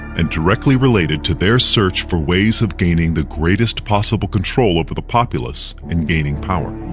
and directly related to their search for ways of gaining the greatest possible control over the populace in gaining power.